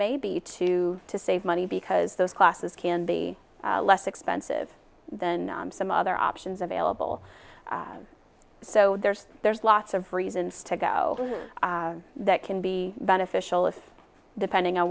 maybe two to save money because those classes can be less expensive than some other options available so there's there's lots of reasons to go that can be beneficial if depending on